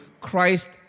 Christ